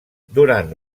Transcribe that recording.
durant